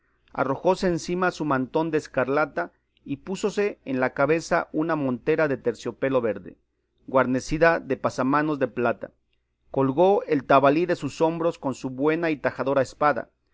medias arrojóse encima su mantón de escarlata y púsose en la cabeza una montera de terciopelo verde guarnecida de pasamanos de plata colgó el tahelí de sus hombros con su buena y tajadora espada